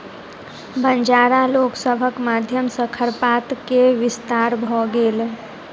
बंजारा लोक सभक माध्यम सॅ खरपात के विस्तार भ गेल